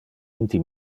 vinti